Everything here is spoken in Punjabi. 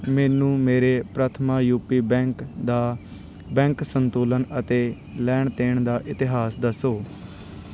ਮੈਨੂੰ ਮੇਰੇ ਪ੍ਰਥਮਾ ਯੂਪੀ ਬੈਂਕ ਦਾ ਬੈਂਕ ਸੰਤੁਲਨ ਅਤੇ ਲੈਣ ਦੇਣ ਦਾ ਇਤਿਹਾਸ ਦੱਸੋ